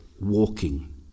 walking